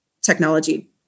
technology